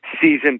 season